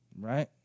right